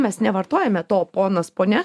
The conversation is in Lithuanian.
mes nevartojame to ponas ponia